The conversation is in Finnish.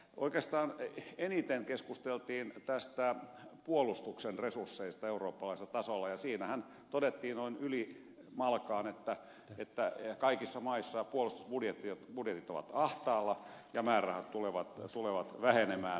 oikeastaan eniten keskusteltiin puolustuksen resursseista eurooppalaisella tasolla ja siinähän todettiin noin ylimalkaan että kaikissa maissa puolustusbudjetit ovat ahtaalla ja määrärahat tulevat vähenemään